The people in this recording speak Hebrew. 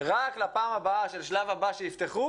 רק לפעם הבאה של השלב הבא שיפתחו